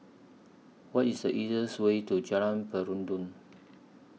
What IS The easiest Way to Jalan Peradun